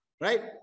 right